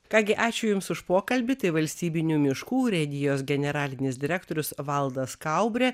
ką gi ačiū jums už pokalbį tai valstybinių miškų urėdijos generalinis direktorius valdas kaubrė